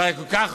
זה הרי כל כך